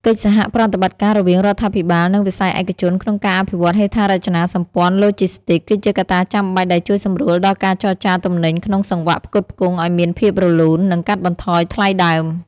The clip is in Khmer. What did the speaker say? កិច្ចសហប្រតិបត្តិការរវាងរដ្ឋាភិបាល និងវិស័យឯកជនក្នុងការអភិវឌ្ឍហេដ្ឋារចនាសម្ព័ន្ធឡូជីស្ទីក គឺជាកត្តាចាំបាច់ដែលជួយសម្រួលដល់ការចរាចរទំនិញក្នុងសង្វាក់ផ្គត់ផ្គង់ឱ្យមានភាពរលូន និងកាត់បន្ថយថ្លៃដើម។